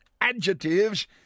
adjectives